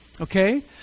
Okay